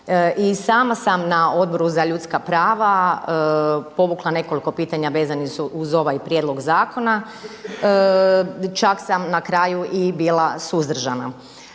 I sama sam na Odboru za ljudska prava povukla nekoliko pitanje vezanih uz ovaj prijedlog zakona. Čak sam na kraju i bila suzdržana.